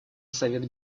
совет